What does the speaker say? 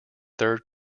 third